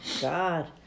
god